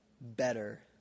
better